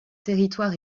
territoire